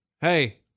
hey